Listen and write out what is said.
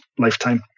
lifetime